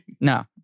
No